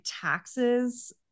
taxes